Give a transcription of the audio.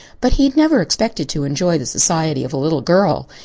but he had never expected to enjoy the society of a little girl.